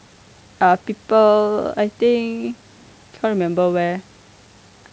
uh people I think can't remember where